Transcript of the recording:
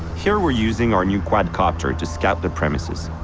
here we're using our new quad copter to scout the premises.